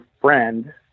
friend